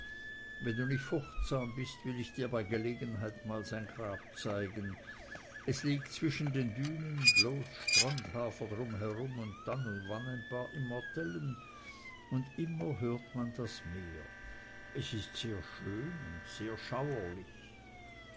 wenn du nicht furchtsam bist will ich dir bei gelegenheit mal sein grab zeigen es liegt zwischen den dünen bloß strandhafer drumrum und dann und wann ein paar immortellen und immer hört man das meer es ist sehr schön und sehr schauerlich